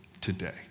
Today